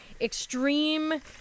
extreme